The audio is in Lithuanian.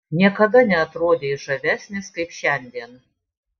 niekada neatrodei žavesnis kaip šiandien